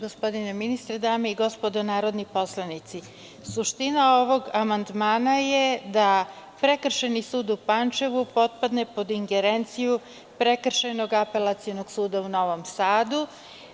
Gospodine ministre, dame i gospodo narodni poslanici, suština ovog amandmana je da Prekršajni sud u Pančevu potpadne pod ingerenciju Prekršajnog apelacionog suda u Novom Sadu.